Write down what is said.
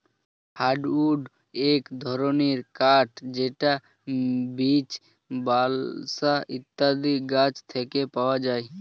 hardwood এক ধরনের কাঠ যেটা বীচ, বালসা ইত্যাদি গাছ থেকে পাওয়া যায়